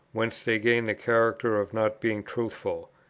whence they gain the character of not being truthful.